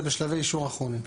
זה בשלבי אישור אחרונים.